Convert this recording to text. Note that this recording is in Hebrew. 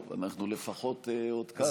טוב, אנחנו לפחות עוד כאן.